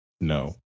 No